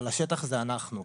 אבל השטח זה אנחנו,